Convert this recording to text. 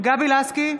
גבי לסקי,